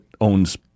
owns